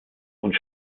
und